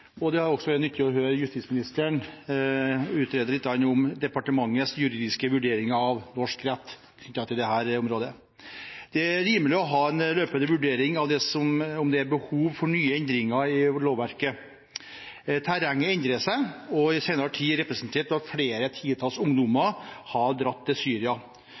problemstilling. Det har også vært nyttig å høre justisministeren utrede litt om departementets juridiske vurderinger av norsk rett knyttet til dette området. Det er rimelig å ha en løpende vurdering av om det er behov for nye endringer i lovverket – terrenget endrer seg, i senere tid representert ved at flere titalls ungdommer har dratt til Syria.